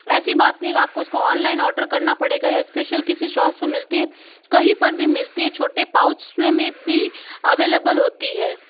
ऐसी बात नहीं आपको इसको ऑनलाइन ऑर्डर करना पड़ेगा या स्पेशल किसी शॉप से मिलती है कहीं पर भी मिलती है छोटे पाउच्स में भी अवेलेबल होती है